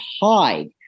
hide